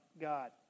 God